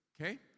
okay